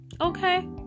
okay